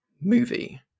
movie